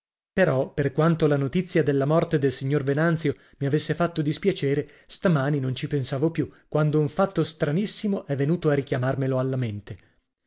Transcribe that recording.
però per quanto la notizia della morte del signor venanzio mi avesse fatto dispiacere stamani non ci pensavo più quando un fatto stranissimo è venuto a richiamarmelo alla mente